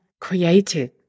creative